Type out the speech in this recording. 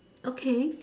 okay